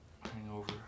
Hangover